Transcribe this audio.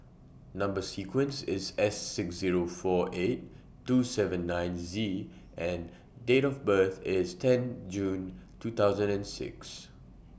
Number sequence IS S six Zero four eight two seven nine Z and Date of birth IS tenth June two thousand and six